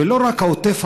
ולא רק העוטף,